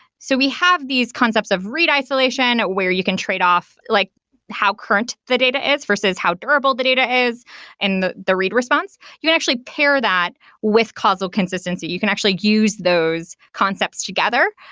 so we have these concepts of rate isolation where you can tradeoff like how current the data is versus how durable the data is and the the read response. you can actually pair that with causal consistency. you can actually use those concepts together.